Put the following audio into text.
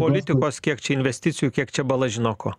politikos kiek čia investicijų kiek čia bala žino ko